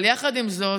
אבל יחד עם זאת,